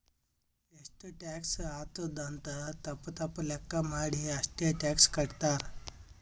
ಎಷ್ಟು ಟ್ಯಾಕ್ಸ್ ಆತ್ತುದ್ ಅಂತ್ ತಪ್ಪ ತಪ್ಪ ಲೆಕ್ಕಾ ಮಾಡಿ ಅಷ್ಟೇ ಟ್ಯಾಕ್ಸ್ ಕಟ್ತಾರ್